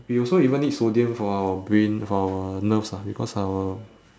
we also even need sodium for our brain for our nerves ah because our